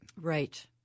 Right